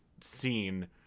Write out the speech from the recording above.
scene